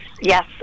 yes